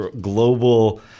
global